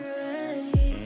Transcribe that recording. ready